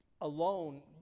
Alone